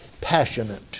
passionate